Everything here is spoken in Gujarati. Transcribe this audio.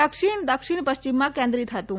દક્ષીણ દક્ષીણ પશ્ચિમમાં કેન્દ્રિત હતું